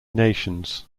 nations